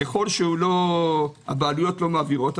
ככל שהבעלויות לא מעבירות,